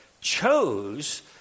chose